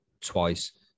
twice